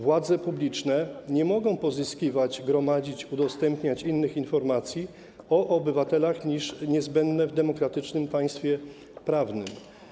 Władze publiczne nie mogą pozyskiwać, gromadzić, udostępniać innych informacji o obywatelach niż niezbędne w demokratycznym państwie prawnym.